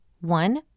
One